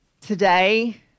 Today